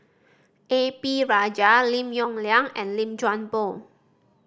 A P Rajah Lim Yong Liang and Lim Chuan Poh